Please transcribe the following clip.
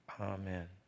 Amen